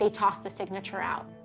ah toss the signature out.